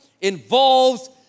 involves